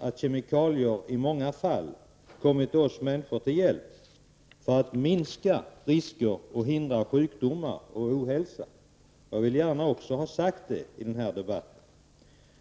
att kemikalier i många fall har kommit oss människor till hjälp för att minska risker och hindra sjukdomar och ohälsa. Jag vill gärna också ha sagt det i den här debatten.